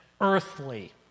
earthly